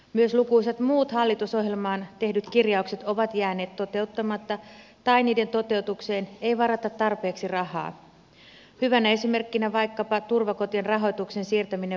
myös lukuisat muut hallitusohjelmaan tehdyt kirjaukset ovat jääneet toteuttamatta tai niiden toteutukseen ei varata tarpeeksi rahaa hyvänä esimerkkinä vaikkapa turvakotien rahoituksen siirtäminen valtiolle